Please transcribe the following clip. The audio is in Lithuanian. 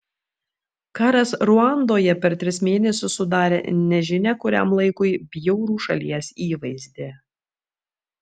karas ruandoje per tris mėnesius sudarė nežinia kuriam laikui bjaurų šalies įvaizdį